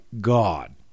God